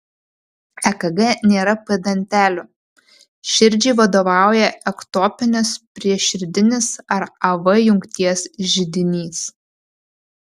ekg nėra p dantelių širdžiai vadovauja ektopinis prieširdinis ar av jungties židinys